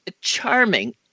charming